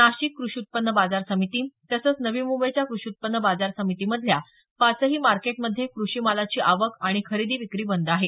नाशिक कृषी उत्पन्न बाजार समिती तसंच नवी मुंबईच्या कृषी उत्पन्न बाजार समितीमधल्या पाचही मार्केटमध्ये क्रषी मालाची आवक आणि खरेदी विक्री बंद आहे